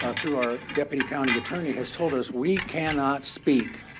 ah through our deputy county attorney, has told us we cannot speak.